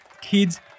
kids